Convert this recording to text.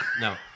no